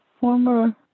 former